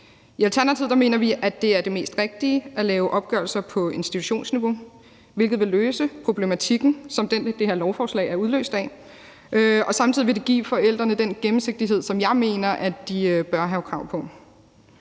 I Alternativet mener vi, at det er det mest rigtige at lave opgørelser på institutionsniveau, hvilket vil løse problematikken, som det her lovforslag er udløst af, og samtidig vil det give forældrene den gennemsigtighed, som jeg mener at de bør have krav på.